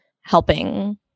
helping